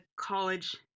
college